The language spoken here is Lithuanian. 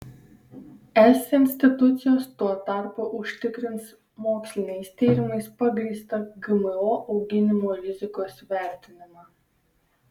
es institucijos tuo tarpu užtikrins moksliniais tyrimais pagrįstą gmo auginimo rizikos vertinimą